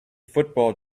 football